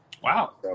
Wow